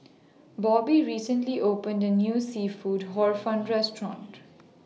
Bobby recently opened A New Seafood Hor Fun Restaurant